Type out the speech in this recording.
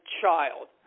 child